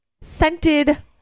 scented